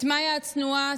את מיה הצנועה,